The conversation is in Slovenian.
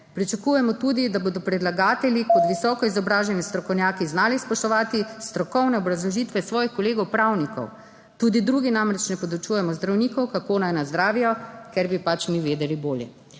Pričakujemo tudi, da bodo predlagatelji kot visoko izobraženi strokovnjaki znali spoštovati strokovne obrazložitve svojih kolegov pravnikov. Tudi drugi namreč ne podučujemo zdravnikov, kako naj nas zdravijo, ker bi pač mi vedeli bolje.